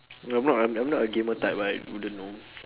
no I'm not I'm not a gamer type I wouldn't know